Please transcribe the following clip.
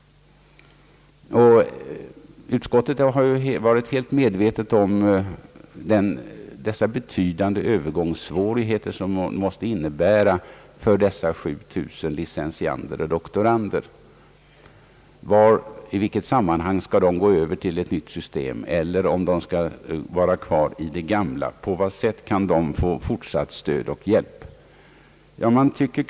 Utskottet har varit helt medvetet om de betydande övergångssvårigheter som måste uppstå för dessa 7000 licentiander och doktorander. I vilket sammanhang skall de gå över till ett nytt system? Om de skall fortsätta enligt det gamla systemet, på vad sätt kan de få fortsatt stöd och hjälp?